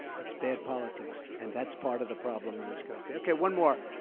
it's bad politics. and that's part of the problem of this country. okay, one more.